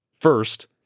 First